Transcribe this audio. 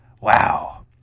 Wow